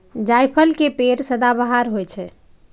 जायफल के पेड़ सदाबहार होइ छै